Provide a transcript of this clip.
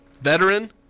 veteran